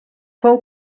fou